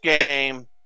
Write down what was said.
game